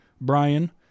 Brian